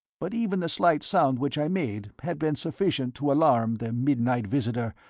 but even the slight sound which i made had been sufficient to alarm the midnight visitor,